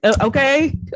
okay